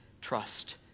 trust